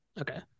Okay